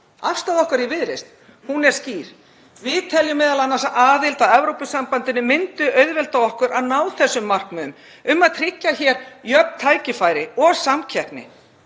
Afstaða okkar í Viðreisn er skýr: Við teljum m.a. að aðild að Evrópusambandinu myndi auðvelda okkur að ná þessum markmiðum um að tryggja hér jöfn tækifæri og samkeppni.